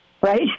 right